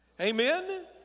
Amen